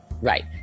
Right